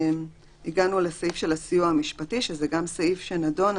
הגענו לסעיף של הסיוע המשפטי, שזה גם סעיף שנדון.